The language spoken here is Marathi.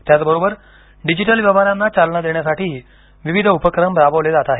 त्याचबरोबर डिजिटल व्यवहारांना चालना देण्यासाठीही विविध उपक्रम राबवले जात आहेत